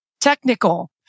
technical